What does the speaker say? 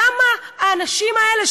למה האנשים האלה,